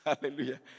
Hallelujah